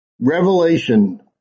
revelation